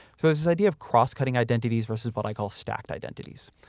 so this idea of crosscutting identities versus what i call stacked identities.